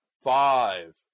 Five